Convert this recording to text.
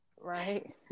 Right